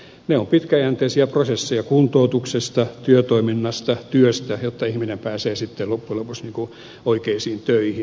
ne ovat pitkäjänteisiä prosesseja kuntoutuksesta työtoiminnasta työstä jotta ihminen pääsee sitten loppujen lopuksi oikeisiin töihin